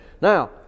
Now